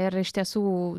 ir iš tiesų